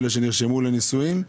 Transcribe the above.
אלה שנרשמו לנישואין.